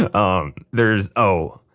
ah um there's, oh!